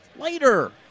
Later